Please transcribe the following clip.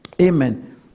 Amen